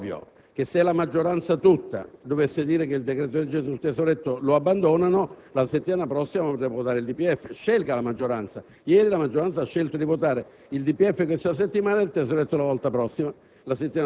È ovvio che se la maggioranza tutta dovesse dire che il decreto-legge sul tesoretto viene abbandonato, la settimana prossima potremmo votare il DPEF. Scelga la maggioranza. Ieri la maggioranza ha scelto di votare il DPEF questa settimana e il decreto‑legge sul